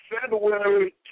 February